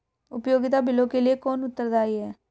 उपयोगिता बिलों के लिए कौन उत्तरदायी है?